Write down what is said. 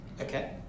Okay